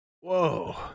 whoa